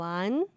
one